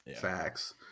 Facts